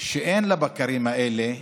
שאין לבקרים האלה: